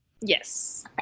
Yes